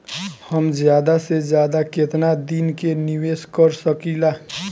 हम ज्यदा से ज्यदा केतना दिन के निवेश कर सकिला?